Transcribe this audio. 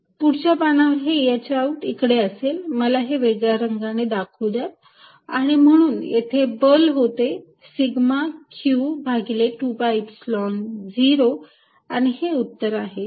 Fσq2π0 पुढच्या पानावर हे h आऊट ईकडे असेल मला हे वेगळ्या रंगाने दाखवू द्या आणि म्हणून येथे बल होते सिग्मा q भागिले 2 pi Epsilon 0 आणि हे उत्तर आहे